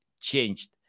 changed